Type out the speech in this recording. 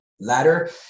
ladder